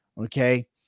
Okay